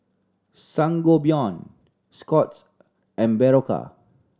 Sangobion Scott's and Berocca